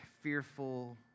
fearful